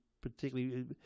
particularly